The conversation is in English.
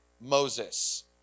Moses